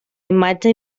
imatge